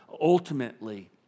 Ultimately